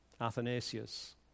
Athanasius